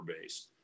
base